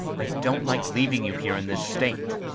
i don't like leaving you here in this state.